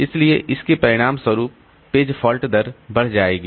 इसलिए इस के परिणामस्वरूप पेज फॉल्ट दर बढ़ जाएगी